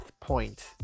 point